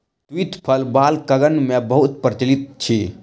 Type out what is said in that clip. तूईत फल बालकगण मे बहुत प्रचलित अछि